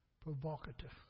provocative